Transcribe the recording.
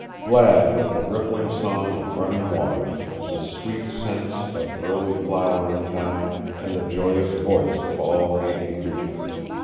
glad with the rippling song of running waters, the sweet scents of early flowering time, and the joyous voice of all mating creatures.